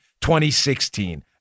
2016